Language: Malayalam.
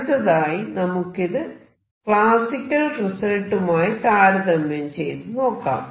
അടുത്തതായി നമുക്കിത് ക്ലാസിക്കൽ റിസൾട്ടുമായി താരതമ്യം ചെയ്തു നോക്കാം